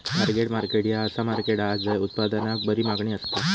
target market ह्या असा market हा झय उत्पादनाक बरी मागणी असता